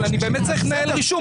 אבל אני באמת צריך לנהל רישום,